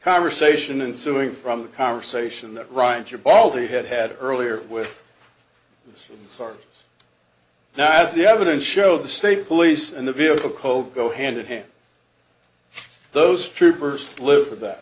conversation and suing from the conversation that rhymes your bald head had earlier with the stars now as the evidence show the state police and the vehicle code go hand in hand those troopers live for that